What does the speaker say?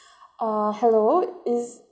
uh hello is